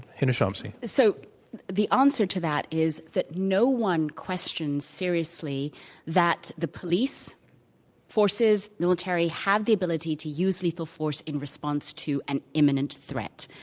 hina shamsi. so the answer to that is that no one questions seriously that the police forces, military have the ability to use lethal force in response to an imminent threat.